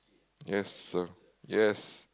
yes sir yes